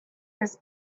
this